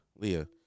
Leah